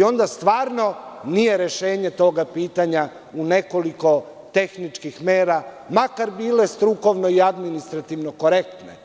Onda stvarno nije rešenje toga pitanja u nekoliko tehničkih mera, makar bile strukovne i administrativno korektne